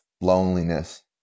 loneliness